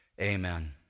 amen